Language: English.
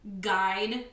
guide